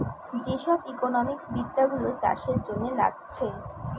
যে সব ইকোনোমিক্স বিদ্যা গুলো চাষের জন্যে লাগছে